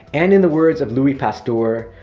and in the words of louis pasteur,